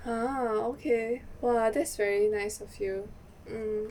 ah okay !wah! that's very nice of you mm